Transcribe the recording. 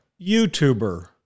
YouTuber